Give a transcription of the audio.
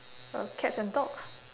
uh cats and dogs